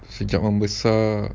sejak membesar